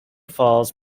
falls